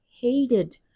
hated